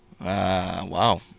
wow